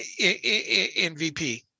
MVP